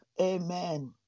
Amen